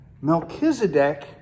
Melchizedek